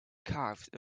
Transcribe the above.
carved